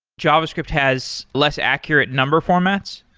javascript has less accurate number formats?